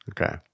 Okay